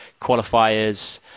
qualifiers